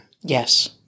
Yes